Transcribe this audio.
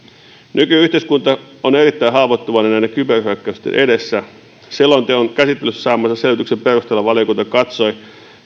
nyky yhteiskunta on erittäin haavoittuvainen näiden kyberhyökkäysten edessä selonteon käsittelyssä saamansa selvityksen perusteella valiokunta katsoi